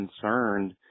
concerned